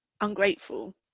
ungrateful